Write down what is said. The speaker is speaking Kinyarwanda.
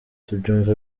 tubyumva